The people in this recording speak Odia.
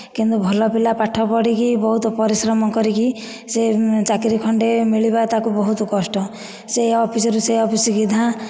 କିନ୍ତୁ ଭଲ ପିଲା ପାଠ ପଢ଼ିକି ବହୁତ ପରିଶ୍ରମ କରିକି ସେ ଚାକିରି ଖଣ୍ଡେ ମିଳିବା ତାକୁ ବହୁତ କଷ୍ଟ ସେ ଅଫସିରୁ ସେ ଅଫିସକି ଧାଁ